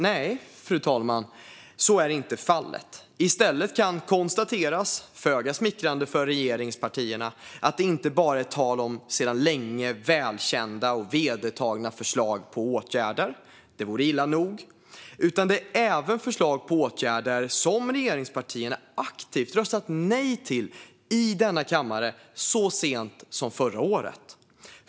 Nej, fru talman, så är inte fallet. I stället kan konstateras, föga smickrande för regeringspartierna, att det inte bara är tal om sedan länge välkända och vedertagna förslag på åtgärder, vilket vore illa nog, utan även om förslag på åtgärder som regeringspartierna aktivt röstat nej till i denna kammare så sent som förra året.